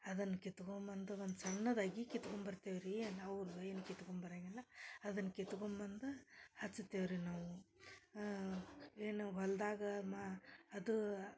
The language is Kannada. ಅದನ್ನು ಕಿತ್ಕೊ ಬಂದು ಒಂದು ಸಣ್ಣದು ಅಗಿ ಕಿತ್ಕೊಂಡ್ ಬರ್ತೀವಿ ರೀ ನಾವು ಏನೂ ಕಿತ್ಕೊಂಡ್ ಬರಂಗಿಲ್ಲ ಅದನ್ನು ಕಿತ್ಕೊಂಬಂದು ಹಚ್ಚತೇವೆ ರೀ ನಾವು ಏನು ಹೊಲದಾಗ ಮ ಅದು